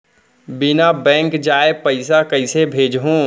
बिना बैंक जाए पइसा कइसे भेजहूँ?